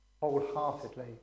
wholeheartedly